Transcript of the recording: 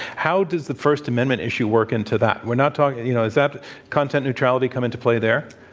how does the first amendment issue work into that? we're not talk you know, does that content neutrality come into play there?